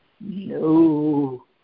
No